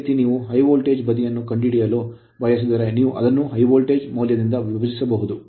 ಅದೇ ರೀತಿ ನೀವು ಹೈ ವೋಲ್ಟೇಜ್ ಬದಿಯನ್ನು ಕಂಡುಹಿಡಿಯಲು ಬಯಸಿದರೆ ನೀವು ಅದನ್ನು ಹೈ ವೋಲ್ಟೇಜ್ ಮೌಲ್ಯದಿಂದ ವಿಭಜಿಸಬಹುದು